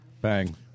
Bang